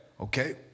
Okay